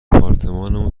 آپارتمانمون